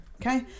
okay